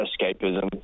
escapism